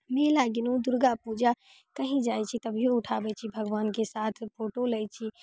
मेला गेलहुँ दुर्गापूजा कहीं जाइ छी तभियो उठाबै छी भगवानके साथ फोटो लै छी